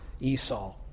Esau